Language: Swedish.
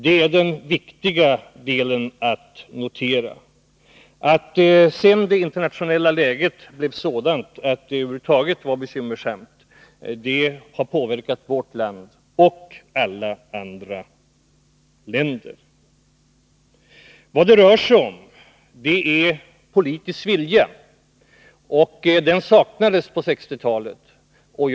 Det är viktigt att notera. Därtill kommer att det internationellt sett bekymmersamma ekonomiska läget har påverkat såväl vårt land som andra länder. Vad det rör sig om är politisk vilja, och en sådan saknades på 1960-talet.